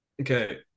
Okay